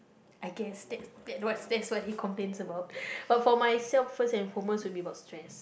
I guess that that's what that's what you complains about but for myself first and foremost would be about stress